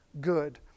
good